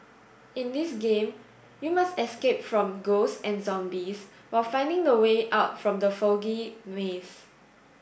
in this game you must escape from ghosts and zombies while finding the way out from the foggy maze